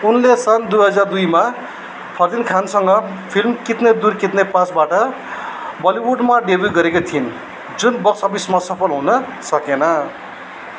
उनले सन् दुई हजार दुईमा फरदिन खानसँग फिल्म कितने दुर कितने पासबाट बलिउडमा डेब्यू गरेकी थिइन् जुन बक्स अफिसमा सफल हुन सकेन